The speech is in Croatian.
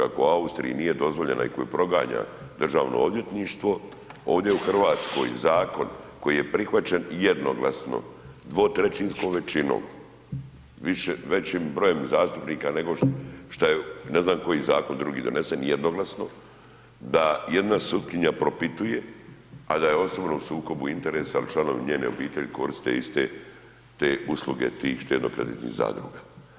Austriji nije dozvoljena i koju proganja Državno odvjetništvo ovdje u Hrvatskoj zakon koji je prihvaćen jednoglasno dvotrećinskom većinom većim brojem zastupnika nego što je ne znam koji zakon drugi donesen jednoglasno da jedna sutkinja propituje, a da je osobno u sukobu interesa ili članovi njezine obitelji koriste iste te usluge tih štednokreditnih zadruga.